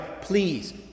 Please